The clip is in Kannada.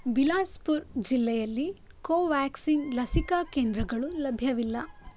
ಬಿಲಾಸ್ಪುರ್ ಜಿಲ್ಲೆಯಲ್ಲಿ ಕೋವ್ಯಾಕ್ಸಿನ್ ಲಸಿಕಾ ಕೇಂದ್ರಗಳು ಲಭ್ಯವಿಲ್ಲ